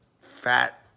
fat